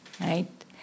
right